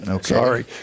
sorry